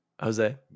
Jose